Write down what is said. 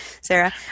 Sarah